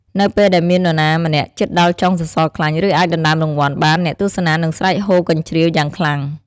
នៅពេលដែលមាននរណាម្នាក់ជិតដល់ចុងសសរខ្លាញ់ ឬអាចដណ្ដើមរង្វាន់បាន អ្នកទស្សនានឹងស្រែកហ៊ោរកញ្ជ្រៀវយ៉ាងខ្លាំង។